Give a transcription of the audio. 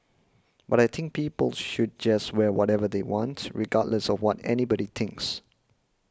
but I think people should just wear whatever they want regardless of what anybody thinks